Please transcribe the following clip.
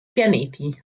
pianeti